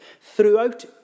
throughout